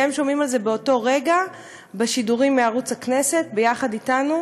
שהם שומעים על זה באותו רגע בשידורים מערוץ הכנסת ביחד אתנו,